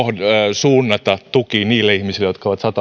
suunnata tuki niille ihmisille jotka ovat